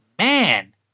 Man